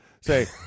say